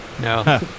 No